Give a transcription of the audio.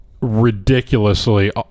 ridiculously